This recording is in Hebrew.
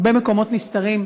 הרבה מקומות נסתרים.